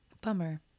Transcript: Bummer